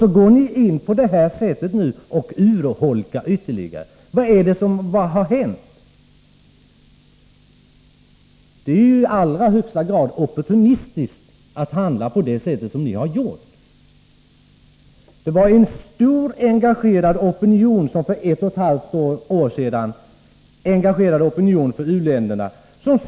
Nu går ni in på det här sättet och urholkar biståndet ytterligare. Det är i allra högsta grad opportunistiskt att handla på det sätt som ni har gjort. Det var en stor engagerad opinion för u-länderna som för ett och ett halvt år sedan såg ett hopp i ett regeringsskifte.